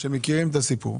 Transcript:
שמכירים את הסיפור.